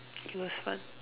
it was fun